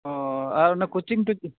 ᱚᱸᱻ ᱟᱨ ᱚᱱᱮ ᱠᱚᱪᱤᱝ